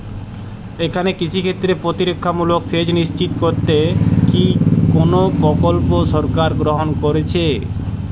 এখানে কৃষিক্ষেত্রে প্রতিরক্ষামূলক সেচ নিশ্চিত করতে কি কোনো প্রকল্প সরকার গ্রহন করেছে?